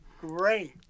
Great